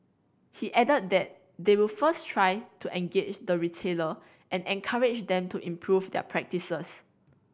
he added that they will first try to engage the retailer and encourage them to improve their practices